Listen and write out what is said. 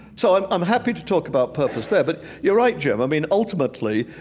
so i'm i'm happy to talk about purpose there. but you're right, jim. i mean, ultimately,